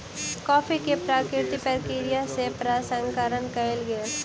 coffee के प्राकृतिक प्रक्रिया सँ प्रसंस्करण कयल गेल